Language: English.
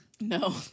No